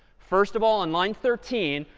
first of all, on line thirteen,